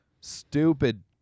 stupid